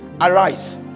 arise